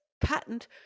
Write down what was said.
patent